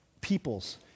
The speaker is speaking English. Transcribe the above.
peoples